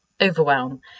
overwhelm